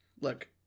Look